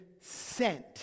sent